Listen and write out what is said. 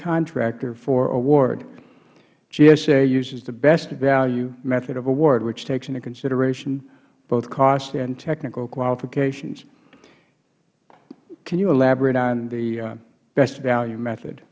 contractor for award gsa uses the best value method of award which takes into consideration both cost and technical qualifications can you elaborate on the best value method